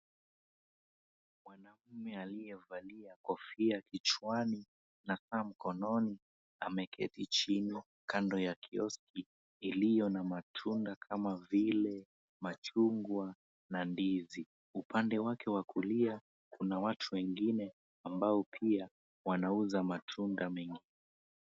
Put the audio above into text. Mwanaume aliyevalia kofia kichwani na saa mkononi ameketi chini kando ya kioski iliyo na matunda kama vile machungwa na ndizi. Upande wake wa kulia kuna watu wengine ambao pia wanauza matunda mengine.